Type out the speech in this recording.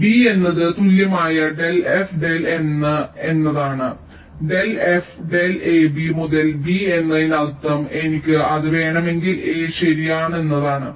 അതിനാൽ b എന്നതിന് തുല്യമായ del f del എന്നാൽ എന്താണ് del f del a b മുതൽ b എന്നതിനർത്ഥം എനിക്ക് അത് വേണമെങ്കിൽ a ശരിയാണെന്നതാണ്